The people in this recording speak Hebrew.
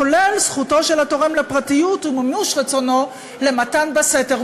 כולל זכותו של התורם לפרטיות ומימוש רצונו למתן בסתר,